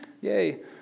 yay